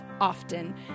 often